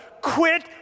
quit